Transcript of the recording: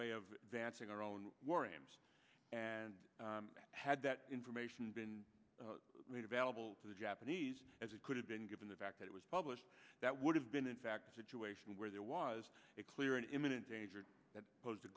way of dancing our own war ends and had that information been made available to the japanese as it could have been given the fact that it was published that would have been in fact situation where there was a clear and imminent danger that posed a